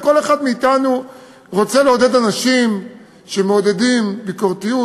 וכל אחד מאתנו רוצה לעודד אנשים שמעודדים ביקורתיות,